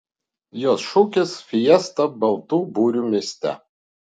jos šūkis fiesta baltų burių mieste